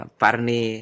parni